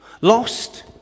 Lost